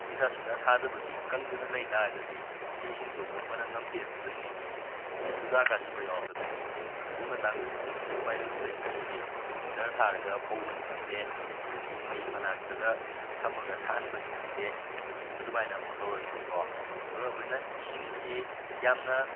ꯅꯨꯡꯁꯥ ꯁꯨꯡꯁꯥ ꯁꯥꯗꯕꯒꯤ ꯀꯪꯗꯗꯅ ꯂꯩꯕꯇꯥꯔꯒꯗꯤ ꯐꯤꯁꯤꯡꯗꯣ ꯑꯃꯨꯛ ꯃꯅꯝ ꯅꯝꯊꯤꯔꯛꯀꯗꯣꯏꯅꯤ ꯑꯗꯨꯗ ꯁꯨꯖꯥ ꯀꯥꯁꯤꯟꯕ ꯌꯥꯎꯔꯛꯀꯗꯣꯏꯅꯤ ꯑꯗꯨꯒꯤ ꯃꯇꯥꯡꯗꯨꯒꯗꯤ ꯑꯩꯈꯣꯏꯅ ꯎꯄꯥꯏ ꯂꯩꯇ ꯂꯩꯇ꯭ꯔꯒꯗꯤ ꯍꯤꯇꯔ ꯊꯥꯔꯒ ꯐꯧꯕꯅꯤ ꯈꯪꯗꯦ ꯑꯗꯨꯗꯒꯤ ꯃꯩ ꯃꯅꯥꯛꯇꯨꯗ ꯊꯝꯃꯒ ꯁꯥꯍꯟꯕꯅꯤ ꯈꯪꯗꯦ ꯑꯗꯨꯃꯥꯏꯅ ꯑꯃꯨꯛ ꯇꯧꯔꯅꯦꯕꯀꯣ ꯑꯗꯨꯒ ꯑꯩꯈꯣꯏꯅ ꯏꯁꯤꯡꯁꯤ ꯌꯥꯝꯅ